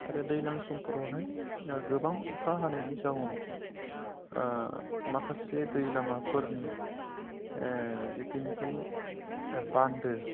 आरो दैज्लां समफोरावहाय गोबां अखा हानायनि जाहोनाव माखासे दै लामाफोरनि जिथुनोखि बान्दो